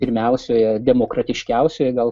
pirmiausioje demokratiškiausioje gal